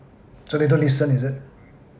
so they don't listen is it